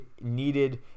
needed